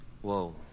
Whoa